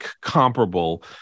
comparable